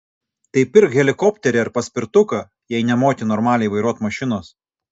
tai pirk helikopterį ar paspirtuką jei nemoki normaliai vairuot mašinos